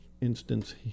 instance